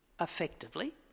effectively